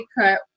cut